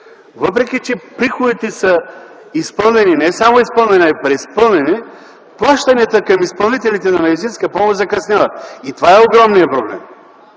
въпреки че приходите са не само изпълнени, но и преизпълнени, плащанията към изпълнителите на медицинска помощ закъсняват – това е огромният проблем.